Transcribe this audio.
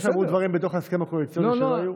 אז גם סגרו דברים בתוך ההסכם הקואליציוני שהיו,